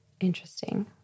Interesting